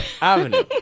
Avenue